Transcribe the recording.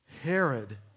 Herod